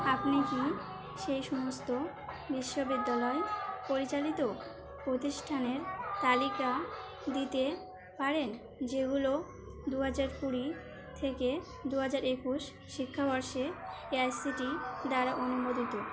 আপনি কি সেই সমস্ত বিশ্ববিদ্যালয় পরিচালিত প্রতিষ্ঠানের তালিকা দিতে পারেন যেগুলো দু হাজার কুড়ি থেকে দু হাজার একুশ শিক্ষাবর্ষে A I C T E দ্বারা অনুমোদিত